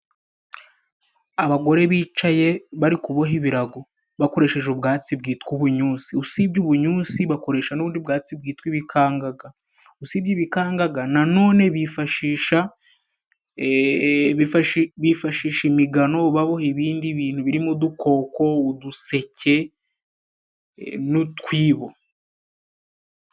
Abagore bicaye bari kuboha ibirago bakoresheje ubwatsi bwitwa ubunyusi, usibye ubunyusi bakoresha n'ubundi bwatsi bwitwa ibikangaga, usibye ibikangaga nanone bifashisha, bifashisha imigano baboha ibindi bintu birimo udukoko, uduseke n'utwibo.